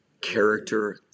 character